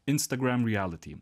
instagram reality